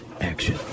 action